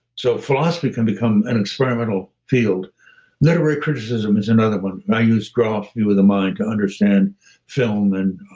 so philosophy can become an experimental field literary criticism is another one. i use graph view of the mind to understand film and